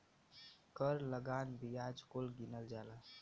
कर लगान बियाज कुल गिनल जाला